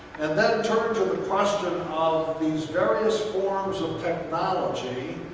and then turn to the question of of these various forms of technology.